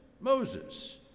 Moses